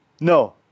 No